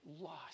lost